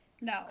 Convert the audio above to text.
No